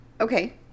Okay